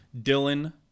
Dylan